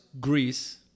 Greece